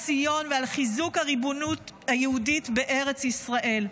ציון ועל חיזוק הריבונות היהודית בארץ ישראל.